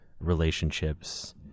relationships